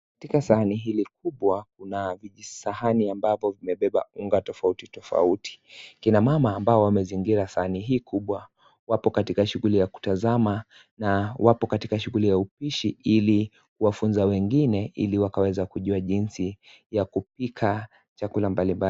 Katika sahani hili kubwa kuna vijisahani ambavyo vimebeba unga tofauti tofauti. Kina mama ambao wamezingira sahani hii kubwa wapo katika shuguli ya kutazama na wapo katika shughuli ya upishi ili kuwafunza wengine ili wakaweze kujua jinsi ya kupika chakula mbali mbali.